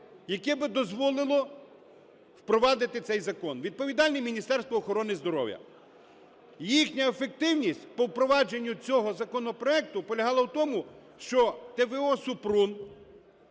яке би дозволило впровадити цей закон. Відповідальне – Міністерство охорони здоров'я. Їхня ефективність по впровадженню цього законопроекту полягала в тому, що т.в.о. Супрун